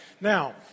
Now